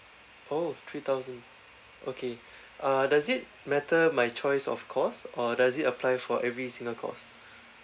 oh three thousand okay err does it matter my choice of course or does it apply for every single course